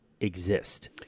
exist